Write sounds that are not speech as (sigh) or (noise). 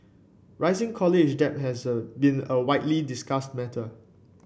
rising college debt has (unintelligible) been a widely discussed matter